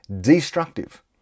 destructive